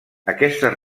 aquestes